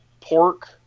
pork